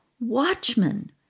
watchmen